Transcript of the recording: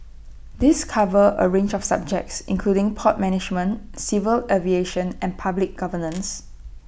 these cover A range of subjects including port management civil aviation and public governance